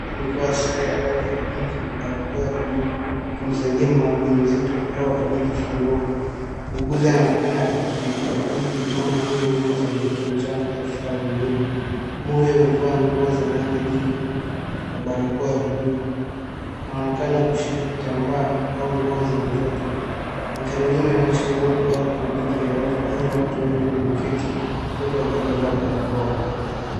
Amevaa sare ya rangi ya pink na barakoa buluu akimsaidia mama mjamzito au aliyefungua. Muuguzi anaonekana akikabidhi mama huyo nguo za mtoto, mchanga au vifaa vingine. Mama huyo amevaa nguo za rangi nyingi na barakoa ya buluu. Anaonekana kushika kitambaa au nguo za mtoto. Mandhari nyuma inaonesha wodi au kliniki yenye watu wengi wameketi wote wakiwa wamevaa barakoa.